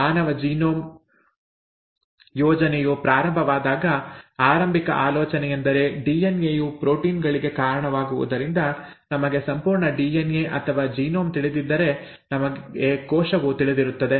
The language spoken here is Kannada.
ಮಾನವ ಜೀನೋಮ್ ಯೋಜನೆಯು ಪ್ರಾರಂಭವಾದಾಗ ಆರಂಭಿಕ ಆಲೋಚನೆಯೆಂದರೆ ಡಿಎನ್ಎ ಯು ಪ್ರೋಟೀನ್ ಗಳಿಗೆ ಕಾರಣವಾಗುವುದರಿಂದ ನಮಗೆ ಸಂಪೂರ್ಣ ಡಿಎನ್ಎ ಅಥವಾ ಜೀನೋಮ್ ತಿಳಿದಿದ್ದರೆ ನಮಗೆ ಕೋಶವು ತಿಳಿದಿರುತ್ತದೆ